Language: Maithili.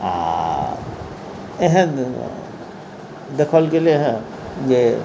आओर एहन देखल गेलै हँ जे